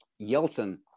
Yeltsin